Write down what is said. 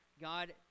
God